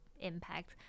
impact